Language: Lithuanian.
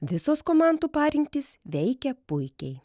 visos komandų parinktys veikia puikiai